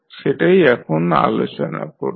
সেটাই এখন আলোচনা করব